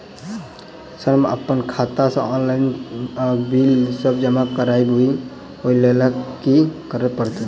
Sir हम अप्पन खाता सऽ ऑनलाइन सऽ बिल सब जमा करबैई ओई लैल की करऽ परतै?